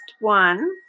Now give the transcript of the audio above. one